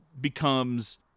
becomes